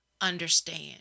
understand